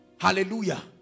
Hallelujah